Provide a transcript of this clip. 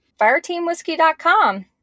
Fireteamwhiskey.com